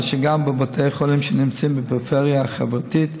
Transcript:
גם בבתי חולים שנמצאים בפריפריה החברתית,